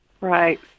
Right